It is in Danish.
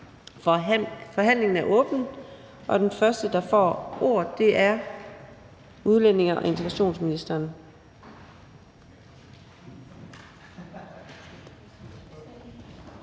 Forhandlingen er åbnet. Den første, der får ordet, er udlændinge- og integrationsministeren.